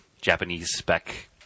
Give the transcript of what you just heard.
Japanese-spec